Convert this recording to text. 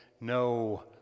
no